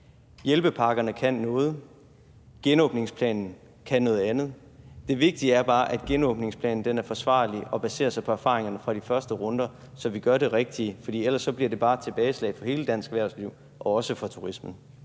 Hjælpepakker kan noget, genåbningsplanen kan noget andet. Det vigtige er bare, at genopretningsplanen er forsvarlig og baserer sig på erfaringerne fra de første runder, så vi gør det rigtige. For ellers bliver det bare et tilbageslag for hele dansk erhvervsliv, og også for turismen.